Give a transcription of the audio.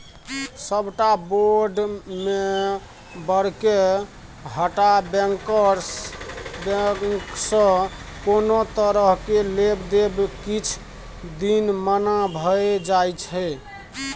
सबटा बोर्ड मेंबरके हटा बैंकसँ कोनो तरहक लेब देब किछ दिन मना भए जाइ छै